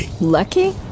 Lucky